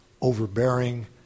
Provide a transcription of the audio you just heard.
overbearing